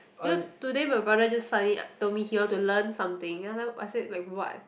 you know today my brother just suddenly told me he want to learn something and then I said like what